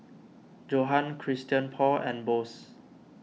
Johan Christian Paul and Bose